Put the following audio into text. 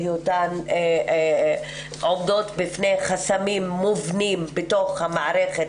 בהיותן עומדות בפני חסמים מובנים בתוך המערכת,